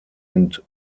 und